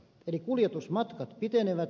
eli kuljetusmatkat pitenevät